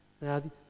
Now